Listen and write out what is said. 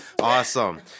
Awesome